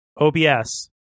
OBS